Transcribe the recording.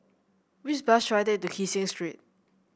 which bus should I take to Kee Seng Street